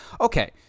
Okay